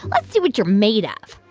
let's see what you're made of.